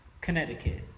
Connecticut